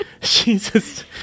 Jesus